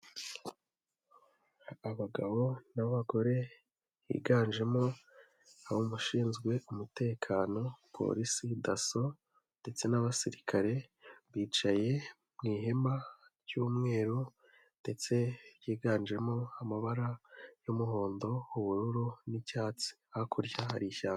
Abagabo n'abagore higanjemo abo mu bashinzwe umutekano, polisi, dasso, ndetse n'abasirikare, bicaye mu ihema ry'umweru, ndetse ryiganjemo amabara y'umuhondo, ubururu n'icyatsi. Hakurya hari ishyamba.